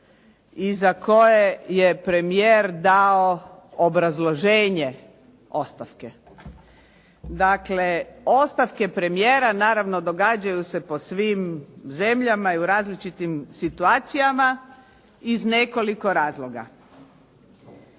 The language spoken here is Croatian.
iza koje je premijer dao obrazloženje ostavke. Dakle, ostavke premijera, naravno događaju se po svim zemljama i u različitim situacijama iz nekoliko razloga.